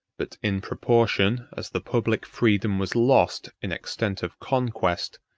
but in proportion as the public freedom was lost in extent of conquest,